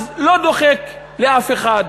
אז לא דוחק לאף אחד.